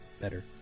better